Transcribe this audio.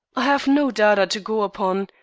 i have no data to go upon,